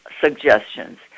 suggestions